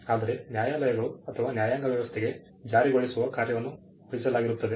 ಆದರೆ ನ್ಯಾಯಾಲಯಗಳು ಅಥವಾ ನ್ಯಾಯಾಂಗ ವ್ಯವಸ್ಥೆಗೆ ಜಾರಿಗೊಳಿಸುವ ಕಾರ್ಯವನ್ನು ವಹಿಸಲಾಗಿರುತ್ತದೆ